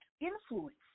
Influence